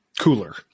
cooler